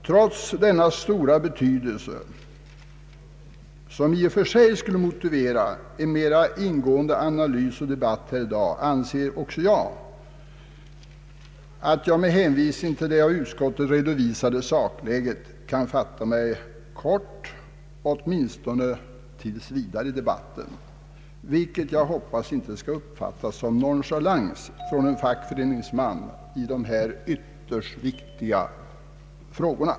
Trots denna stora betydelse, som i och för sig skulle motivera en mera ingående analys och debatt här i dag, anser jag att jag med hänvisning till det av utskottet redovisade sakläget kan fatta mig kort, åtminstone tills vidare i debatten, vilket jag hoppas inte skall uppfattas som nonchalans från en fackföreningsman i dessa ytterst viktiga frågor.